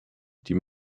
die